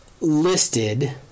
listed